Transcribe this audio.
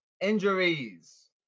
injuries